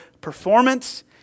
performance